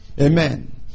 Amen